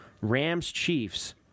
Rams-Chiefs